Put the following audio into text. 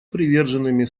приверженными